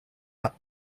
are